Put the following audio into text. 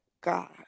God